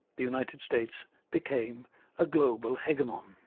the united states became a global hegemon.